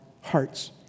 hearts